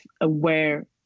aware